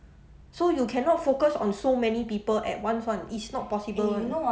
so you cannot focus on so many people at once [one] it's not possible